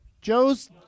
Joe's